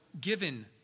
given